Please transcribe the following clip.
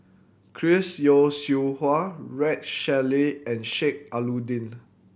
Chris Yeo Siew Hua Rex Shelley and Sheik Alau'ddin